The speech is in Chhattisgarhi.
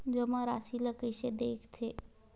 जमा राशि ला कइसे देखथे?